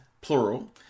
plural